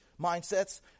mindsets